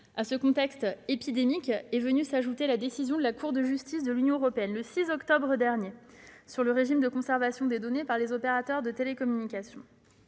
À ce contexte épidémique est venu s'ajouter l'arrêt rendu par la Cour de justice de l'Union européenne, le 6 octobre dernier, sur le régime de conservation des données par les opérateurs de télécommunications.